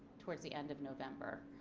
towards the end of november.